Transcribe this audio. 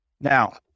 Now